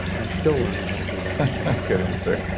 i'm still learning how to do that good answer